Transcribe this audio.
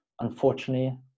unfortunately